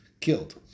killed